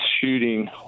shooting